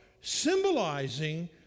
Symbolizing